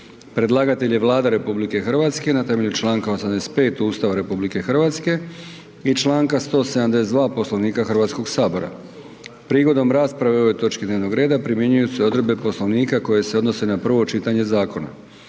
Predlagatelj je Vlada RH na temelju Članka 85. Ustava RH i Članka 172. Poslovnika Hrvatskog sabora. Prigodom rasprave o ovoj točki dnevnog reda primjenjuju se odredbe Poslovnika koje se odnose na prvo čitanje zakona.